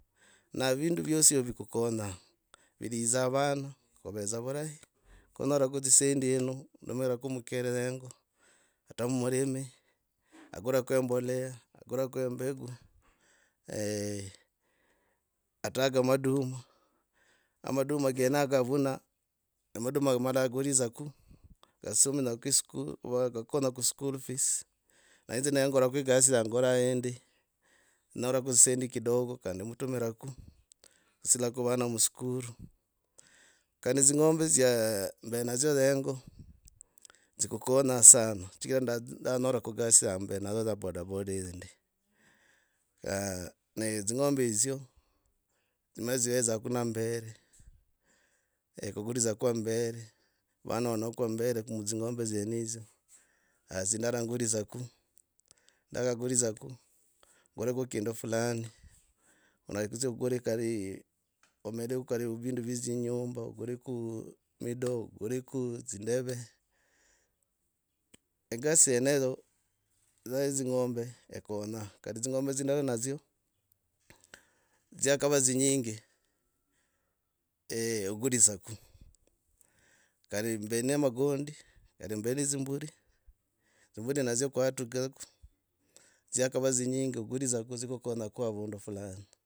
Na vindu vyosi vikukonya. viridza vana. ov dza vurahi konyarake dzisendi yino ndumirake mukere hengo ata. mumulimi akureko embolea. akureko embegu. eeh ataga maduma. a maduma kenaga avuna. A maduma amala akulidzako. asomenyake iskuru. konyo ku school fees. neinzi nekorako egasi yangoia endi nyorako dzisendi kidogo kandi omtumiraka silaako vana muskulu kandi dzingombe dziya. dziya mbe nadzyo henga. Tsukukanyasana. chigira ndanyoreko kugasi yambe nadzayo polepole ndi. dzingombe dzeyaozako dzimara dzimbezako na mambere mudzingombe dzieno hizo. Haa zindara ngulidzako ndakagulidzako nguleke kindu fulani. ona okureko karii vndu vya ndzinyumba okuriko midoo okuriko dzi ndeve. egasi yenedza dza ya dzingombe okonya kari dzingombe dzya ndarinadzyo dzakava dzinyingi eeh ogulidzako kari mbe na magond kari mbe ne dzimburi dzimbuli nadzyo kwatukakodzyakava dzinyingi ogulidzako dzikukanyako avundu fulani